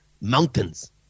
mountains